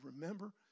remember